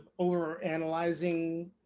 overanalyzing